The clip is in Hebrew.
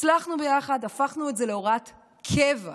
הצלחנו ביחד, הפכנו את זה להוראת קבע,